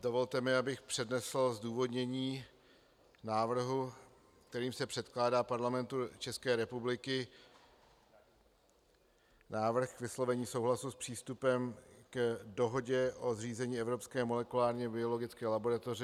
Dovolte mi, abych přednesl zdůvodnění návrhu, kterým se předkládá Parlamentu České republiky návrh k vyslovení souhlasu s přístupem k Dohodě o zřízení Evropské molekulární biologické laboratoře EMBL.